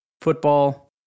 Football